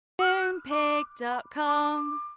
Moonpig.com